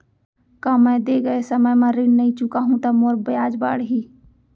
का मैं दे गए समय म ऋण नई चुकाहूँ त मोर ब्याज बाड़ही?